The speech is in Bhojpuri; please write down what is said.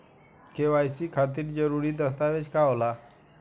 के.वाइ.सी खातिर जरूरी दस्तावेज का का होला?